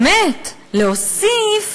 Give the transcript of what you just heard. באמת, להוסיף